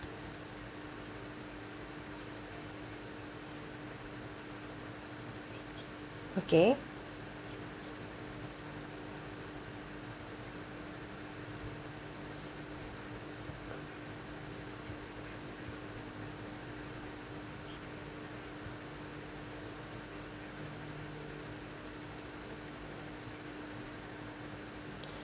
okay